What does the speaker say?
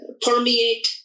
permeate